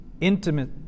intimate